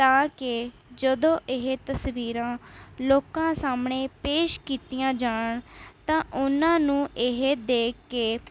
ਤਾਂ ਕਿ ਜਦੋਂ ਇਹ ਤਸਵੀਰਾਂ ਲੋਕਾਂ ਸਾਹਮਣੇ ਪੇਸ਼ ਕੀਤੀਆਂ ਜਾਣ ਤਾਂ ਉਹਨਾਂ ਨੂੰ ਇਹ ਦੇਖ ਕੇ